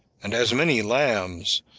and as many lambs,